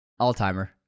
Alzheimer